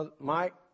Mike